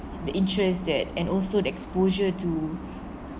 the interest that and also the exposure to